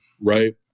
right